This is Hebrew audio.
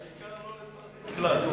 העיקר לא לפחד כלל.